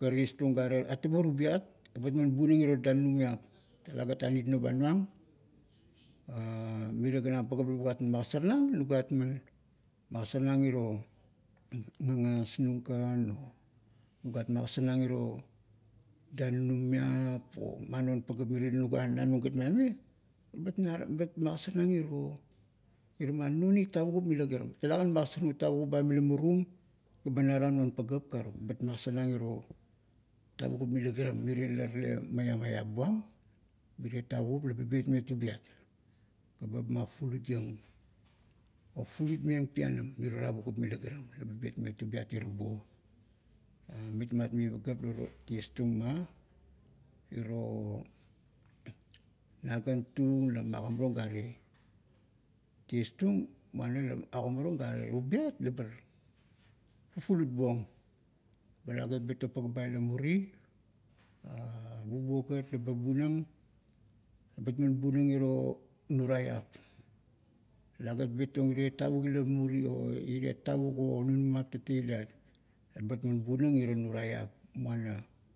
ga tiestung gare, atabo tubiat, ebat man bunang iro danunimiap, talagat anit noba nuang mirie ganam pagap labuat magasarnang, nugat man, magasarnang iro gagasnung kan, o nugat magasarnang iro, danunumiap o, man non pagap mirie la nuga na nung gat maime, ebat magasarnang iro, irama non it tavukup ba mila murum, gaba naram non pagap, karuk bat magasarnang iro tavukup mila kiram, mirie la tale maiam eap buam, mirie tavukup laba betmeng tubiat, gaba mafulutieng, o fulutmeng pianam miro tavukup mila kiram laba betmeng tubiat ira buo, mitmat mi pagap la tiestung ma, iro-nagantung la, magamarung gare, tiestung, muana, la, ogama-rung gare. Tubiat labar fufulutbuong. Ba lagat betong paga ba ila muri bubuo gat labai bunang ino nuraiap. Lagat betong irie tavuk ila muri o, irie tavuk o nunamap tateiliat. Ebat man bunang iro nuraip. Muana,